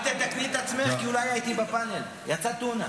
רק תתקני את עצמך, כי אולי הייתי בפאנל, יצא טונה.